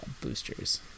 boosters